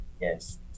yes